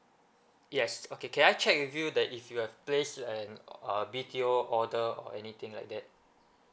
yes okay can I check with you the if you have placed an uh B_T_O order or anything like that